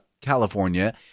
California